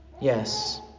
yes